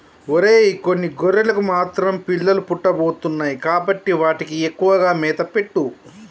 ఒరై కొన్ని గొర్రెలకు మాత్రం పిల్లలు పుట్టబోతున్నాయి కాబట్టి వాటికి ఎక్కువగా మేత పెట్టు